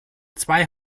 zwei